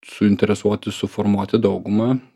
suinteresuoti suformuoti daugumą